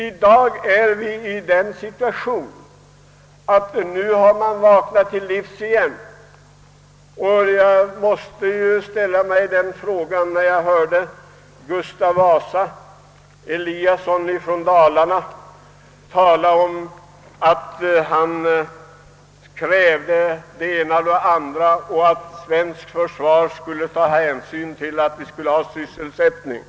I dag har man vaknat till liv igen. Jag hörde i går »Gustav Vasa» Eliasson från Dalarna önska det ena och det andra och begära att det svenska försvaret skulle ta hänsyn till att vi behöver sysselsättning.